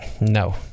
No